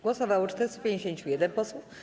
Głosowało 451 posłów.